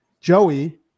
Joey